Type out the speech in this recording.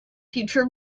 future